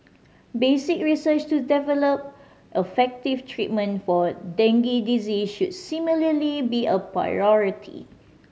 basic research to develop effective treatment for dengue disease should similarly be a priority